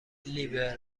لیبرال